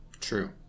True